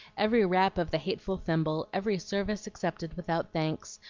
every rap of the hateful thimble, every service accepted without thanks,